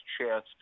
chance